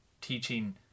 teaching